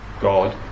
God